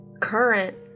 current